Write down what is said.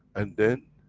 and then,